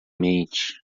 mente